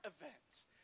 events